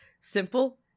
simple